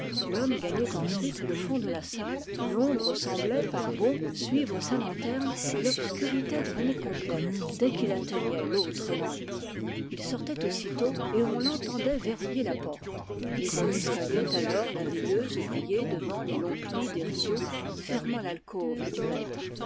l'homme gagnait ensuite le fond de la salle l'ombre semblait par bonds suivre sa lanterne et l'obscurité devenait complète dès qu'il éteignait l'autre lampe il sortait aussitôt et on l'entendait verrouiller la porte mais on distinguait alors la veilleuse oubliée devant les longs plis des rideaux fermant l'alcôve du maître